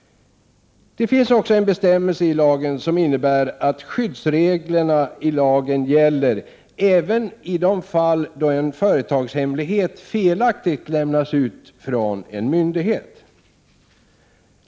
Det finns också en bestämmelse i lagen som innebär att skyddsreglerna i lagen gäller även i de fall då en företagshemlighet felaktigt lämnats ut från en myndighet.